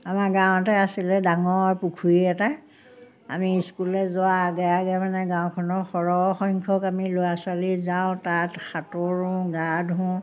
আমাৰ গাঁৱতে আছিলে ডাঙৰ পুখুৰী এটা আমি স্কুললৈ যোৱা আগে আগে মানে গাঁওখনৰ সৰহসংখ্যক আমি ল'ৰা ছোৱালী যাওঁ তাত সাঁতোৰোঁ গা ধোওঁ